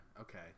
Okay